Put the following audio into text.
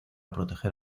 proteger